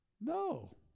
no